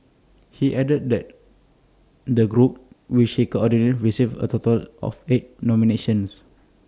he added that the group which he coordinates received A total of eight nominations